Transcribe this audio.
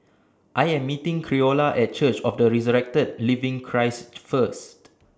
I Am meeting Creola At Church of The Resurrected Living Christ First